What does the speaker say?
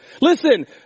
Listen